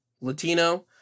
latino